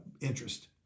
interest